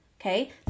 Okay